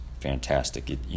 fantastic